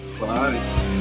Bye